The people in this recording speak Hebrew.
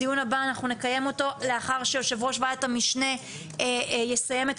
הדיון הבא אנחנו נקיים אותו לאחר שיו"ר ועדת המשנה יסיים את